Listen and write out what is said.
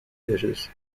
dishes